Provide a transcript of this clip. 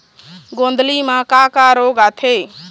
गोंदली म का का रोग आथे?